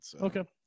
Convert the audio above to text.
Okay